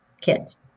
kids